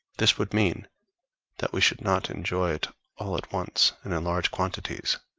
this would mean that we should not enjoy it all at once and in large quantities